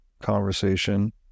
conversation